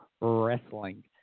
wrestling